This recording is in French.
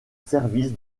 service